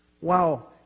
Wow